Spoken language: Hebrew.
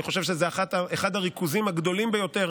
אני חושב שזה אחד הריכוזים הגדולים ביותר